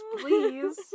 please